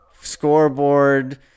scoreboard